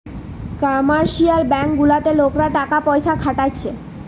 commercial bank গুলাতে লোকরা টাকা পয়সা খাটাচ্ছে